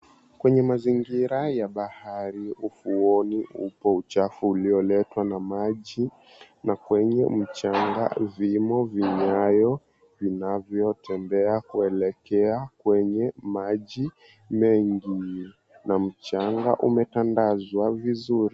Kwenye mazingira ya bahari ufuoni, upo uchafu ulioletwa na maji na kwenye mchanga vimo vinyayo vinavyotembea kuelekea kwenye maji mengi na mchanga umetandazwa vizuri.